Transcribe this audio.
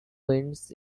winds